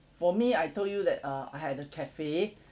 for me I told you that uh I had a cafe